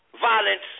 violence